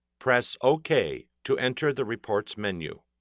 press ok to enter the reports menu.